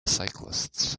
cyclists